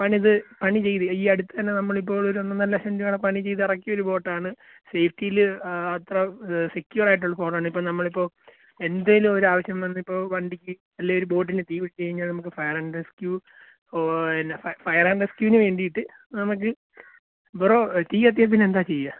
പണിത് പണി ചെയ്തു ഈ അടുത്തുതന്നെ നമ്മളിപ്പോൾ ഒരു ഒന്നൊന്നര ലക്ഷം രൂപയുടെ പണിചെയ്ത് ഇറക്കിയ ഒരു ബോട്ട് ആണ് സേഫ്റ്റീല് ആ അത്ര സെക്യുർ ആയിട്ടുള്ള ഫോണ് ആണ് നമ്മളിപ്പോൾ എന്തെങ്കിലും ഒരു ആവശ്യം വന്നാൽ ഇപ്പോൾ വണ്ടിക്ക് അല്ലെങ്കിൽ ഒരു ബോട്ടിന് തീ പിടിച്ച് കഴിഞ്ഞാൽ നമുക്ക് ഫയർ ആൻ റെസ്ക്ക്യൂ ഓ എന്നാ ഫയർ ആൻ റെസ്ക്ക്യൂന് വേണ്ടിയിട്ട് നമുക്ക് ബ്രോ തീകത്തിയാൽ പിന്നെ എന്താ ചെയ്യുക